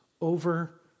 over